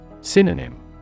Synonym